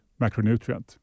macronutrient